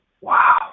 wow